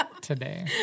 today